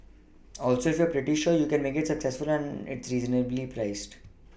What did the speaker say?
also if you're pretty sure you can make it it's reasonably priced